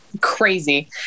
crazy